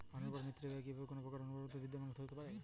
অনুর্বর মৃত্তিকাতে কি কোনো প্রকার অনুখাদ্য বিদ্যমান থাকে না?